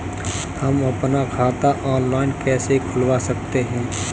हम अपना खाता ऑनलाइन कैसे खुलवा सकते हैं?